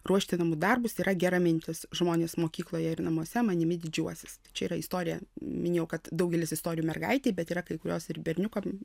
ruošti namų darbus yra gera mintis žmonės mokykloje ir namuose manimi didžiuosis čia yra istorija minėjau kad daugelis istorijų mergaitei bet yra kai kurios ir berniukam